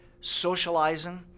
socializing